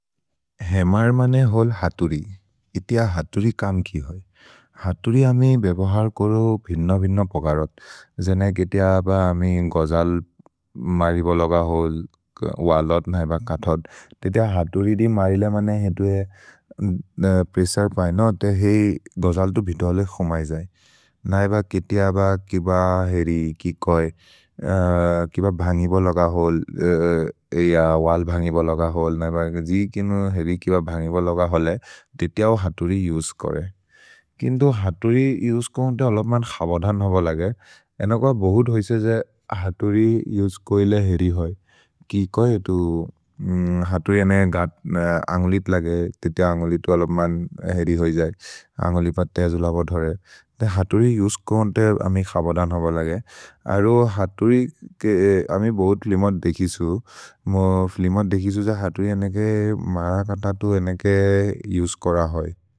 हेमर् मने होल् हतुरि। इति अ हतुरि कम् कि होइ? हतुरि अमे बेबहर् कोरो भिन्न भिन्न पगरत्। जेने केतिअ अब अमे गोजल् मरि बोलग होल्, वलत् नैब कथोद्, इति अ हतुरि दि मरिले मने हेतु ए प्रेस्सर् पैनो, ते हेइ गोजल् तु भितोल खोमै जै। नैब केतिअ अब किब हेरि कि कोइ, किब भन्गि बोलग होल्, ए अ वल् भन्गि बोलग होल्, नैब जि किनो हेरि किब भन्गि बोलग होले, ते ते औ हतुरि जुस् कोरे। किन्तो हतुरि जुस् कोन्ते अलोप्मन् खबधन् होब लगे, एनोग बहुत् होइसे जे हतुरि जुस् कोइले हेरि होइ। कि कोइ एतु हतुरि एने अन्गुलित् लगे, ते ते अन्गुलित् अलोप्मन् हेरि होइ जै, अन्गुलित् पर् ते अजु लबोधरे। ते हतुरि जुस् कोन्ते अमि खबधन् होब लगे, अरो हतुरि के अमि बहुत् लिमत् देखि सु, म लिमत् देखि सु ज हतुरि एनेके मर कन्त तु एनेके जुस् कोर होइ।